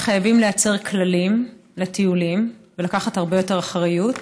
שחייבים לייצר כללים לטיולים ולקחת הרבה יותר אחריות.